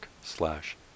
slash